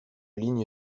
ligne